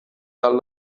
dal